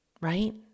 right